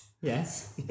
Yes